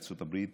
בארצות הברית.